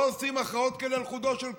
לא עושים הכרעות כאלה על חודו של קול.